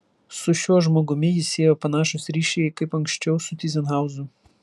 su šiuo žmogumi jį siejo panašūs ryšiai kaip anksčiau su tyzenhauzu